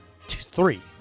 three